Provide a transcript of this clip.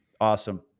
Awesome